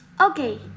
Okay